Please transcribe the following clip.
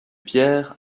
pierre